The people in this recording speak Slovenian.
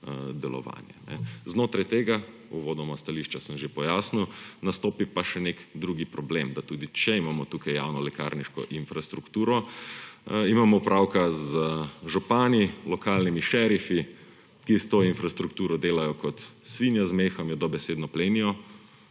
delovanje. Znotraj tega, uvodoma v stališču sem že pojasnil, nastopi pa še nek drug problem, da tudi če imamo tukaj javno lekarniško infrastrukturo, imamo opravka z župani, lokalnimi šerifi, ki s to infrastrukturo delajo kot svinja z mehom, jo dobesedno plenijo,